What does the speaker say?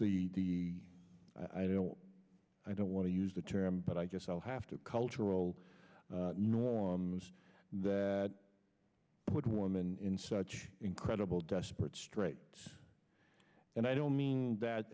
the i don't i don't want to use the term but i guess i'll have to cultural norms that put women in such incredible desperate straits and i don't mean that